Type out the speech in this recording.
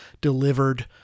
delivered